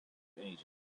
agents